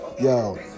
Yo